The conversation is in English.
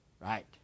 right